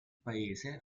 paese